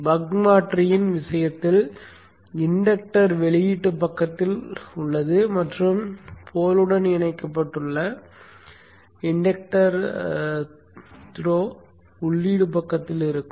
buck மாற்றியின் விஷயத்தில் inductor வெளியீட்டுப் பக்கத்தில் உள்ளது மற்றும் போலுடன் இணைக்கப்பட்டுள்ள இன்டக்டர் மற்றும் த்ரோக்கள் உள்ளீடு பக்கத்தில் இருக்கும்